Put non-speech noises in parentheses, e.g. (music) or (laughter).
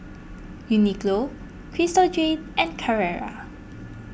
(noise) Uniqlo Crystal Jade and Carrera